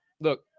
look